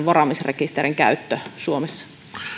varaamisrekisterin käyttö suomessa